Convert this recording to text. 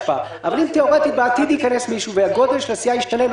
בעתיד ייכנס מישהו והגודל של הסיעה ישתנה,